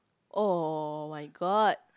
oh-my-god